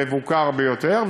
המבוקר ביותר,